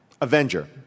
Avenger